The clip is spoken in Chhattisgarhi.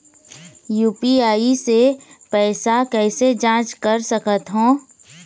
यू.पी.आई से पैसा कैसे जाँच कर सकत हो?